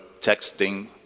texting